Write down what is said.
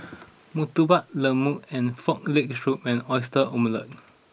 Murtabak Lembu and Frog Leg Soup and Oyster Omelette